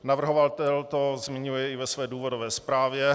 Navrhovatel to zmiňuje i ve své důvodové zprávě.